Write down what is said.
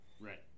Right